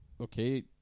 okay